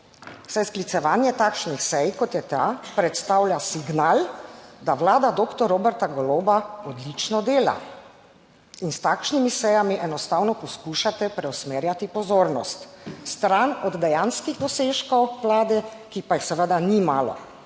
saj sklicevanje takšnih sej kot je ta, predstavlja signal, da Vlada doktor Roberta Goloba odlično dela in s takšnimi sejami enostavno poskušate preusmerjati pozornost stran od dejanskih dosežkov Vlade, ki pa jih seveda ni malo